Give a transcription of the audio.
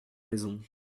raison